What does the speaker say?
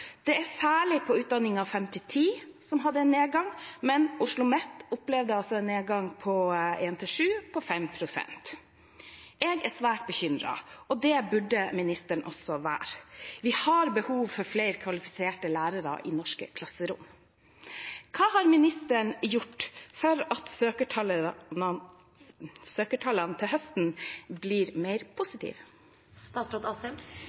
Det er særlig på utdanningen 5.–10. det var en nedgang, men OsloMet opplevde en nedgang på 1.–7. på 5 pst. Jeg er svært bekymret, og det burde ministeren også være. Vi har behov for flere kvalifiserte lærere i norske klasserom. Hva har ministeren gjort for at søkertallene til høsten blir mer